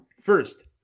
first